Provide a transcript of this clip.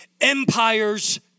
empire's